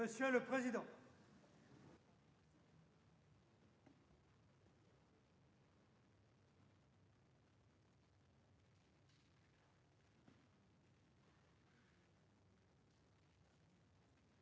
Monsieur le président,